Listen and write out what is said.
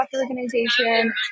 organization